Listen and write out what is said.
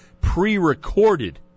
pre-recorded